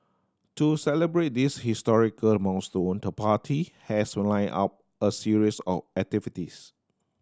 to celebrate this historical milestone the party has lined up a series of activities